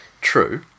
True